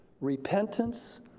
Repentance